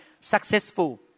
successful